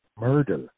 murder